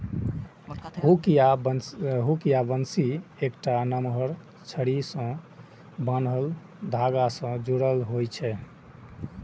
hook या बंसी एकटा नमहर छड़ी सं बान्हल धागा सं जुड़ल होइ छै